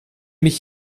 mich